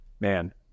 man